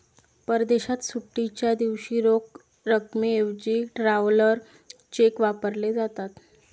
परदेशात सुट्टीच्या दिवशी रोख रकमेऐवजी ट्रॅव्हलर चेक वापरले जातात